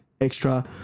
extra